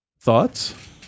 Thoughts